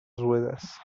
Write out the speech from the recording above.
ruedas